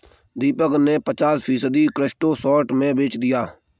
दीपक ने पचास फीसद क्रिप्टो शॉर्ट में बेच दिया